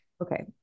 Okay